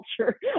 culture